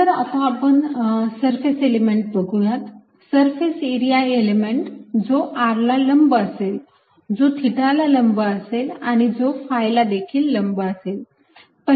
नंतर आता आपण सरफेस एलिमेंट बघुयात सरफेस एरिया एलिमेंट जो r ला लंब असेल जो थिटा ला लंब असेल आणि जो phi ला देखील लंब असेल